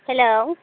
hello